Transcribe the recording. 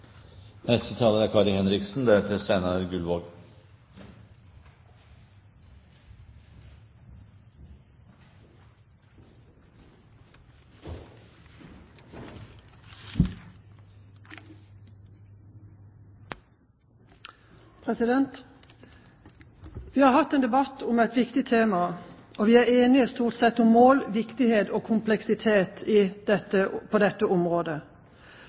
Vi har hatt en debatt om et viktig tema, og vi er stort sett enige om mål, viktighet og kompleksitet på dette området. Både opposisjonens og posisjonens politikere har pekt på